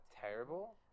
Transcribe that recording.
terrible